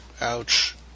Ouch